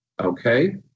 okay